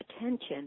attention